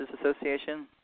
Association